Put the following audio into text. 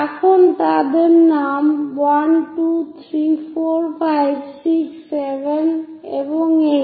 এখন তাদের নাম 1 2 3 4 5 6 7 এবং 8